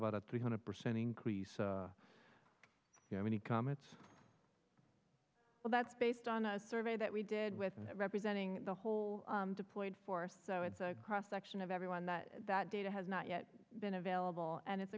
about a three hundred percent increase you have any comments well that's based on a survey that we did with representing the whole deployed force so it's a cross section of everyone that data has not yet been available and it's